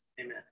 Amen